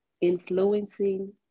influencing